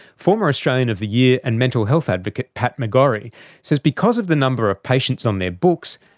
former australian of the year and mental health advocate pat mcgorry says because of the number of patients on their books,